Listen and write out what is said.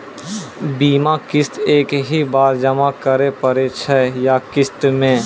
बीमा किस्त एक ही बार जमा करें पड़ै छै या किस्त मे?